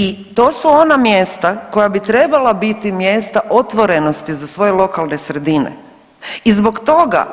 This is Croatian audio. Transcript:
I to su ona mjesta koja bi trebala biti mjesta otvorenosti za svoje lokalne sredine i zbog toga